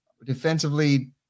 defensively